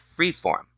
Freeform